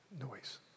Noise